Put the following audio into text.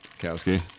Kowski